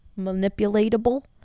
manipulatable